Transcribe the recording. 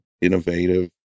innovative